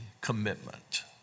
commitment